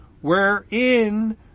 wherein